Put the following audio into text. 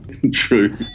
True